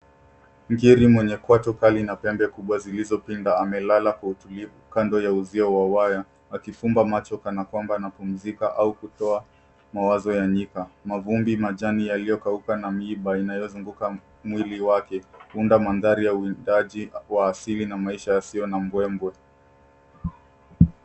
Ngiri mwenye kwato Kali na pembe kubwa zilizo pinda amelala Kwa utulifu kando ya usia ya waya akifumba macho kana kwamba anapumzika au kutoa mawazo ya nyika mafumbi majani yaliokauka na miiba inayosunguka mwili wake kuunda mandhari uitaji uasili na maisha yasiyo na mbwembwe.